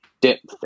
depth